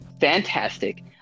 fantastic